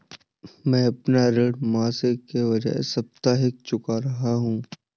मैं अपना ऋण मासिक के बजाय साप्ताहिक चुका रहा हूँ